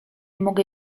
mogę